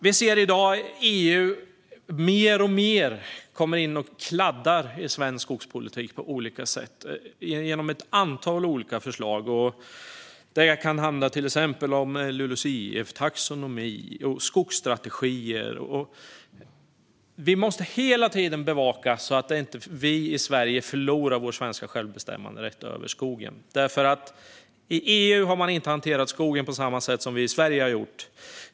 Vi ser i dag hur EU mer och mer kommer in och kladdar i svensk skogspolitik på olika sätt genom ett antal olika förslag. Det kan till exempel handla om LULUCF, taxonomi och skogsstrategier. Vi måste hela tiden bevaka så att vi i Sverige inte förlorar vår svenska självbestämmanderätt över skogen. I EU har man inte hanterat skogen på samma sätt som vi i Sverige har gjort.